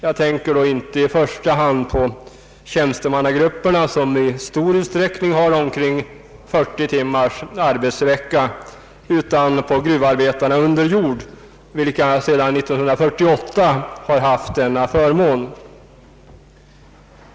Jag tänker då inte i första hand på tjänstemannagrupperna, som i stor utsträckning har omkring 40 timmars arbetsvecka, utan på gruvarbetarna under jord, vilka sedan 1948 har haft denna förmån.